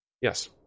Yes